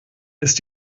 ist